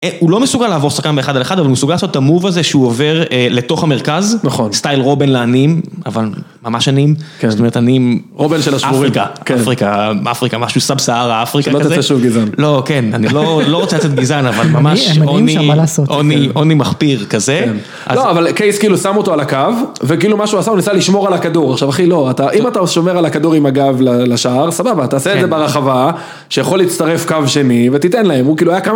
הוא לא מסוגל לעבור שחקן באחד על אחד, אבל הוא מסוגל לעשות את המוב הזה שהוא עובר לתוך המרכז, סטייל רובן לעניים, אבל ממש עניים. רובן של השבורים. אפריקה, משהו סאב סהרה, אפריקה כזה. שלא תצא שוב גזען. לא, כן, אני לא רוצה לצאת גזען, אבל ממש עוני מחפיר כזה. לא, אבל קייס כאילו שם אותו על הקו, וכאילו מה שהוא עשה הוא ניסה לשמור על הכדור, עכשיו אחי לא, אם אתה שומר על הכדור עם הגב לשער, סבבה, תעשה את זה ברחבה, שיכול להצטרף קו שני, ותיתן להם, הוא כאילו היה כמה,